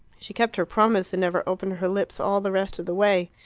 she kept her promise, and never opened her lips all the rest of the way.